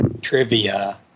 trivia